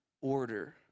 order